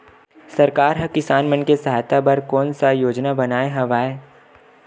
सरकार हा किसान मन के सहायता बर कोन सा योजना बनाए हवाये?